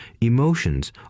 emotions